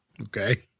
Okay